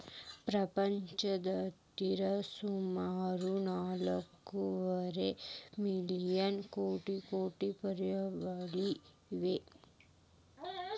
ಪ್ರಪಂಚದಾದ್ಯಂತ ಸುಮಾರು ನಾಲ್ಕೂವರೆ ಮಿಲಿಯನ್ ಕೋಕೋ ಫಾರ್ಮ್ಗಳಿವೆ